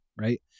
right